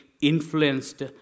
influenced